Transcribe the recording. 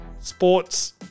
sports